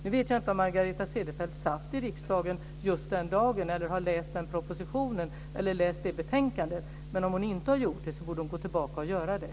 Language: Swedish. Jag vet inte om Margareta Cederfelt satt i riksdagen just den dag när det beslutet fattades och om hon har läst den proposition och det betänkande som föregick beslutet. Om inte borde hon göra det.